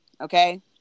Okay